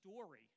story